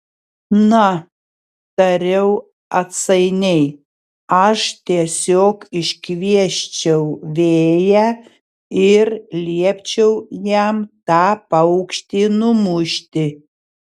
na tariau atsainiai aš tiesiog iškviesčiau vėją ir liepčiau jam tą paukštį numušti